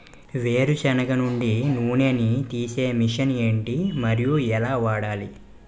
వేరు సెనగ నుండి నూనె నీ తీసే మెషిన్ ఏంటి? మరియు ఎలా వాడాలి?